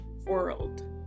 world